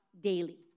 daily